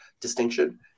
distinction